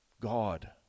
God